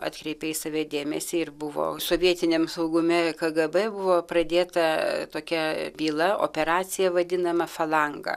atkreipė į save dėmesį ir buvo sovietiniam saugume kgb buvo pradėta tokia byla operacija vadinama falanga